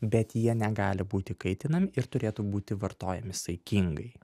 bet jie negali būti kaitinami ir turėtų būti vartojami saikingai